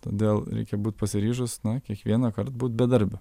todėl reikia būt pasiryžus na kiekvienąkart būt bedarbiu